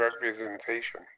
representation